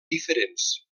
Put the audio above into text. diferents